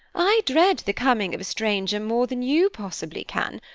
i dread the coming of a stranger more than you possibly can,